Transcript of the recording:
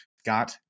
Scott